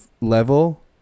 level